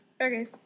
Okay